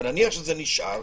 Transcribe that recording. אבל נניח שזה נשאר,